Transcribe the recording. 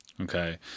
Okay